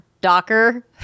Docker